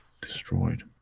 destroyed